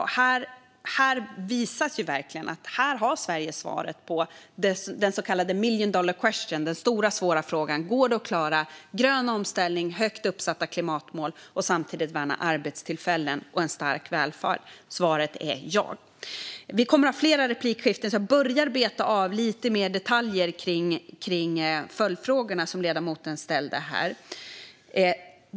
Här visas verkligen att Sverige har svaret på den så kallade million dollar question, den stora, svåra frågan om det går att klara grön omställning och högt satta klimatmål och samtidigt värna arbetstillfällen och en stark välfärd. Svaret är ja. Vi kommer att ha fler inlägg, så jag börjar beta av lite mer detaljer när det gäller de följdfrågor som ledamoten ställde.